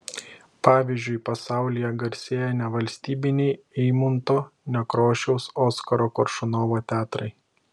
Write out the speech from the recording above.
pavyzdžiui pasaulyje garsėja nevalstybiniai eimunto nekrošiaus oskaro koršunovo teatrai